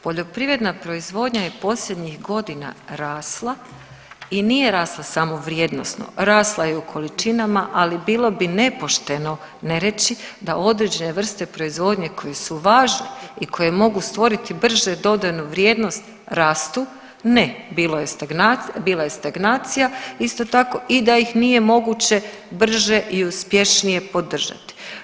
Poljoprivredna proizvodnja je posljednjih godina rasla i nije rasla samo vrijednosno, rasla je i u količinama, ali bilo bi nepošteno ne reći da određene vrste proizvodnje koje su važne i koje mogu stvoriti brže dodanu vrijednost rastu, ne bilo je, bila je stagnacija isto tako i da ih nije moguće brže i uspješnije podržati.